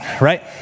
right